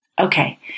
Okay